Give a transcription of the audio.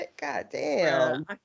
Goddamn